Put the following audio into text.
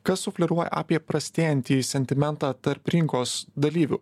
kas sufleruoja apie prastėjantį sentimentą tarp rinkos dalyvių